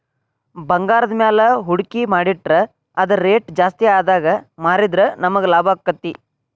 ಭಂಗಾರದ್ಮ್ಯಾಲೆ ಹೂಡ್ಕಿ ಮಾಡಿಟ್ರ ಅದರ್ ರೆಟ್ ಜಾಸ್ತಿಆದಾಗ್ ಮಾರಿದ್ರ ನಮಗ್ ಲಾಭಾಕ್ತೇತಿ